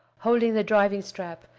holding the driving-strap,